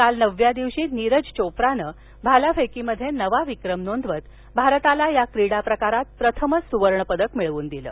काल नवव्या दिवशी नीरज चोप्रानं भालाफेकीमध्ये नवा विक्रम नोंदवत भारताला या क्रीडाप्रकारात प्रथमच सुवर्णपदक मिळवून दिलं